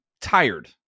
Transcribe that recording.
tired